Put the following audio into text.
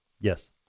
Yes